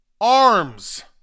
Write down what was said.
arms